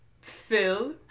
Phil